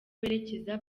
berekeza